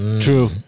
True